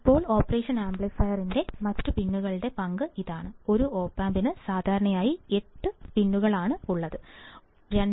ഇപ്പോൾ ഓപ്പറേഷൻ ആംപ്ലിഫയറിന്റെ മറ്റ് പിന്നുകളുടെ പങ്ക് ഇതാണ് ഒരു op ampന് സാധാരണയായി 8 പിൻസ് ഉണ്ടെന്ന് നിങ്ങൾക്കറിയാം